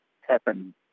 happen